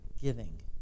giving